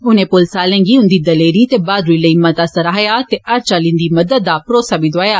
उनें पुलस आह्लें गी उंदी दलेरी ते ब्हादरी लेई मता सराहेआ ते हर चाल्ली दी मदद दा भरोसा दोआया